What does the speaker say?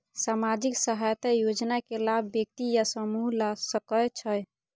सामाजिक सहायता योजना के लाभ व्यक्ति या समूह ला सकै छै?